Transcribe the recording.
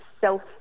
self